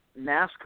NASCAR